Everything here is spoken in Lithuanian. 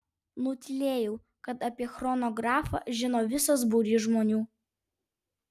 nutylėjau kad apie chronografą žino visas būrys žmonių